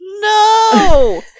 No